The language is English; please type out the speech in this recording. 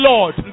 Lord